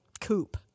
coupe